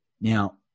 Now